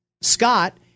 Scott